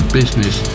business